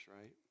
right